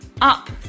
up